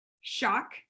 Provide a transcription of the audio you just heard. shock